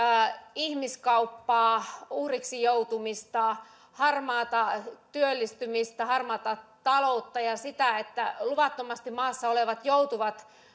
ihmiskauppaa uhriksi joutumista harmaata työllistymistä harmaata taloutta ja sitä että luvattomasti maassa olevat joutuvat